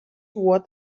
toward